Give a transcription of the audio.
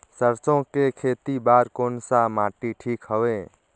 सरसो के खेती बार कोन सा माटी ठीक हवे?